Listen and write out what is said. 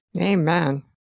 Amen